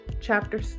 chapter